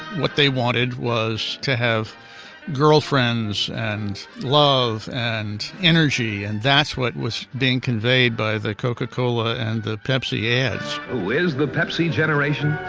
what they wanted was to have girlfriends and love and energy, and that's what was being conveyed by the coca-cola and the pepsi ads who is the pepsi generation?